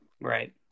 Right